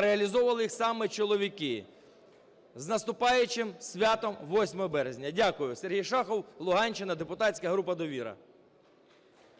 реалізовували їх саме чоловіки. З наступаючим святом 8 березня! Дякую. Сергій Шахов, Луганщина, депутатська група "Довіра".